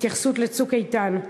התייחסות ל"צוק איתן".